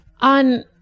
On